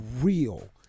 real